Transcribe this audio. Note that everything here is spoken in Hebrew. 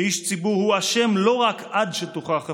שאיש ציבור הוא אשם לא רק עד שתוכח חפותו,